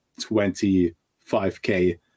25K